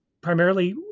primarily